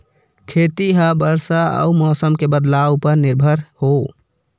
खेती हा बरसा अउ मौसम के बदलाव उपर निर्भर हे